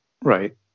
Right